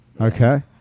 Okay